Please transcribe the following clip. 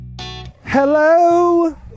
hello